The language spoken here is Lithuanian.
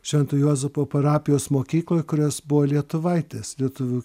švento juozapo parapijos mokykloj kurios buvo lietuvaitės lietuvių